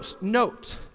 note